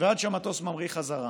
ועד שהמטוס ממריא חזרה: